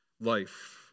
life